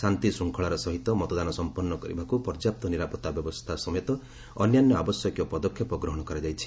ଶାନ୍ତିଶୃଙ୍ଖଳାର ସହିତ ମତଦାନ ସମ୍ପନ୍ନ କରିବାକୁ ପର୍ଯ୍ୟାପ୍ତ ନିରାପତ୍ତା ବ୍ୟବସ୍ଥା ସମେତ ଅନ୍ୟାନ୍ୟ ଆବଶ୍ୟକୀୟ ପଦକ୍ଷେପ ଗ୍ରହଣ କରାଯାଇଛି